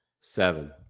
Seven